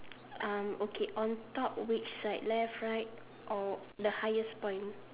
um okay on top which side left right or the highest point